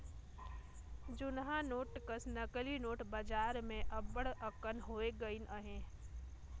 जुनहा नोट कस नकली नोट बजार में अब्बड़ अकन होए गइन अहें